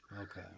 Okay